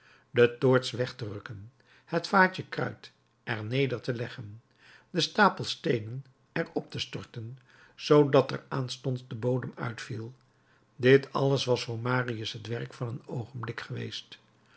de toorts weg te rukken het vaatje kruit er neder te leggen den stapel steenen er op te storten zoodat er aanstonds de bodem uitviel dit alles was voor marius het werk van een oogenblik geweest